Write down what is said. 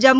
Jammu